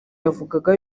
yavugaga